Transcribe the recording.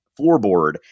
floorboard